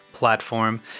platform